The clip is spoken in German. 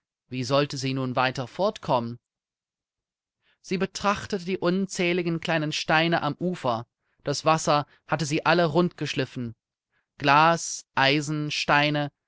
wie sollte sie nun weiter fortkommen sie betrachtete die unzähligen kleinen steine am ufer das wasser hatte sie alle rund geschliffen glas eisen steine